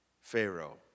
Pharaoh